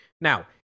Now